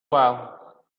while